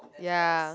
ya